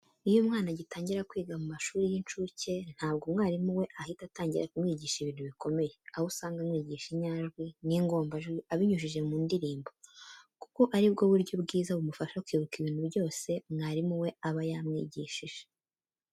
Iyo umwana agitangira kwiga mu mashuri y'incuke, ntabwo umwarimu we ahita atangira kumwigisha ibintu bikomeye, aho usanga amwigisha inyajwi n'ingombajwi abinyujije mu ndirimbo, kuko ari bwo buryo bwiza bumufasha kwibuka ibintu byose mwarimu we aba yamwigishije.